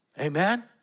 Amen